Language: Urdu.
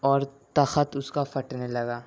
اور تخت اس کا پھٹنے لگا